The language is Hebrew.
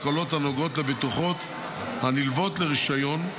הקלות הנוגעות לבטוחות הנלוות לרישיון,